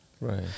right